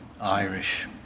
Irish